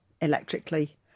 electrically